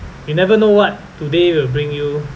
you never know what today will bring you